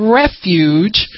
refuge